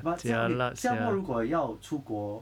but 这样 okay 新加坡如果要出国